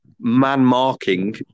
man-marking